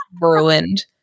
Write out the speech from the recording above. ruined